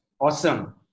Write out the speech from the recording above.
Awesome